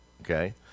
okay